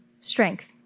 strength